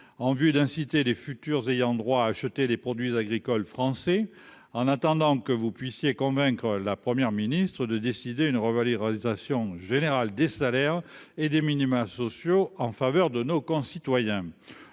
en vue d'inciter les futurs ayants droit à acheter les produits agricoles français, en attendant que vous puissiez convaincre la première ministre de décider une réalisation générale des salaires et des minima sociaux en faveur de nos concitoyens